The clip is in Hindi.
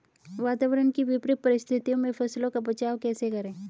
वातावरण की विपरीत परिस्थितियों में फसलों का बचाव कैसे करें?